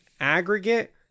aggregate